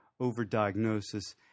overdiagnosis